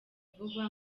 vuba